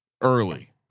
early